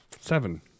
Seven